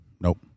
Nope